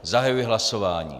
Zahajuji hlasování.